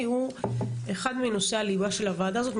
הוא אחד מנושאי הליבה של הוועדה הזאת,